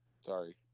sorry